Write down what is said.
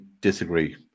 disagree